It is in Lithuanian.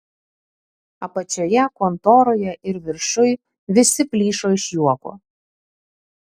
apačioje kontoroje ir viršuj visi plyšo iš juoko